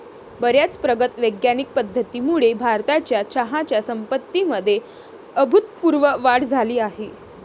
बर्याच प्रगत वैज्ञानिक पद्धतींमुळे भारताच्या चहाच्या संपत्तीमध्ये अभूतपूर्व वाढ झाली आहे